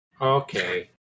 Okay